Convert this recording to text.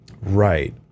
Right